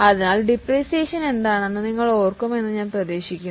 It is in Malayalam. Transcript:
അതിനാൽ ഡിപ്രീസിയേഷൻ എന്താണെന്ന് നിങ്ങൾ ഓർക്കുന്നുവെന്ന് ഞാൻ പ്രതീക്ഷിക്കുന്നു